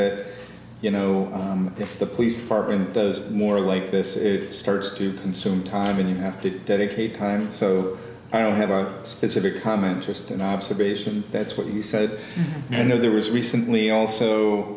that you know if the police department does more like this it starts to consume time and you have to dedicate time so i don't have a specific comment just an observation that's what you said you know there was recently also